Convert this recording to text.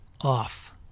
off